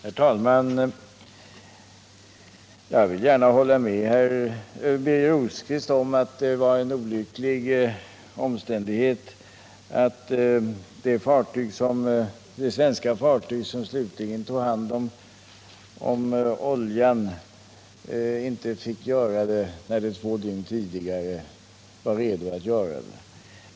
Herr talman! Jag vill gärna hålla med Birger Rosqvist om att det var en olycklig omständighet att det svenska fartyg som slutligen tog hand om oljan inte fick göra det när det två dygn tidigare var redo att göra det.